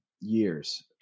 years